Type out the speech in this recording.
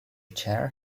chair